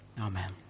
Amen